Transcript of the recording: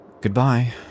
Goodbye